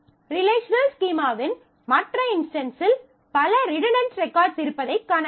relational ஸ்கீமாவின் மற்ற இன்ஸ்டன்ஸில் பல ரிடன்டன்ட் ரெகார்ட்ஸ் இருப்பதை காணலாம்